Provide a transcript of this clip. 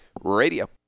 Radio